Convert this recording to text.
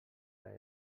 per